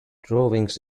drawings